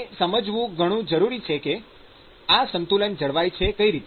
એ સમજવું ઘણું જરૂરી છે કે આ સંતુલન જળવાય છે કઈ રીતે